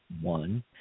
one